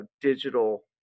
digital